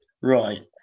Right